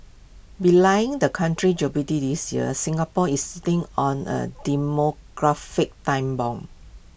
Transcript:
belying the country's jubilee this year Singapore is sitting on A demographic time bomb